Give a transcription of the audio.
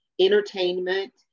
entertainment